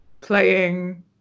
playing